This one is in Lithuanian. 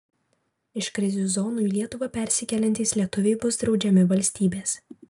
iš krizių zonų į lietuvą persikeliantys lietuviai bus draudžiami valstybės